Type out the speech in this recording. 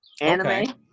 anime